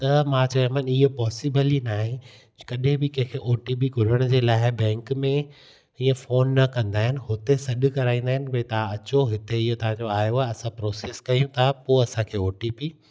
त मां चयोमानि इहो पोसिबल ई नाहे कॾहिं बि कंहिं खे ओ टी पी घुरण जे लाइ बैंक में हीअं फ़ोन न कंदा आहिनि हुते सॾु कराईंदा आहिनि भई तव्हां अचो हिते हीअ तव्हांजो आयो आहे असां प्रोसिस कयूं था पोइ असांखे ओ टी पी